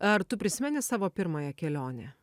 ar tu prisimeni savo pirmąją kelionę